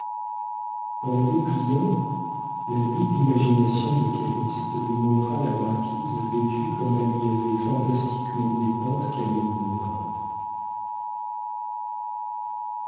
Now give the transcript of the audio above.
en la dépliant la vive imagination de calyste lui montra la marquise vêtue comme la lui avait fantastiquement dépeinte camille